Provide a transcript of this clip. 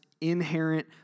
inherent